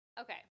okay